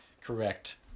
Correct